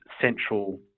central